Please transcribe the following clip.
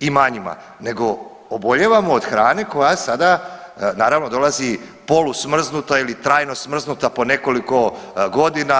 imanjima, nego obolijevamo od hrane koja sada naravno dolazi polu smrznuta ili trajno smrznuta po nekoliko godina.